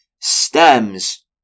stems